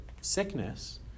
sickness